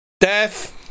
Death